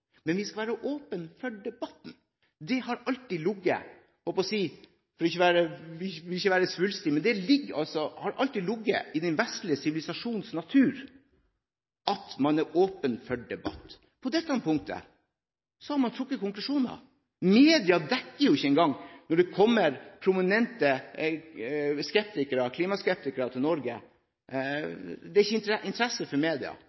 men vi skal være åpne for debatten. Det har alltid ligget – for ikke å være svulstig – i den vestlige sivilisasjons natur at man er åpen for debatt. På dette punktet har man trukket konklusjoner. Media dekker det jo ikke engang når det kommer prominente klimaskeptikere til Norge. Det er ikke interesse fra media